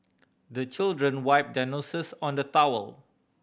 the children wipe their noses on the towel